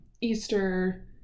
Easter